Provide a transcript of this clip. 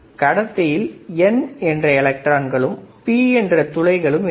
கடத்தியில் என் என்ற எலக்ட்ரான்களும் பி என்ற துளைகளும் இருக்கும்